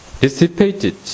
dissipated